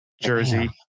Jersey